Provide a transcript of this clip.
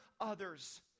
others